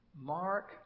Mark